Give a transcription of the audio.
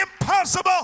impossible